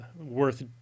worth